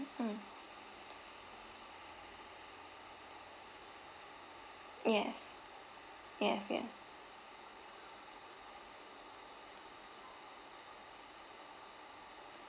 mm yes yes yes